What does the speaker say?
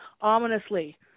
ominously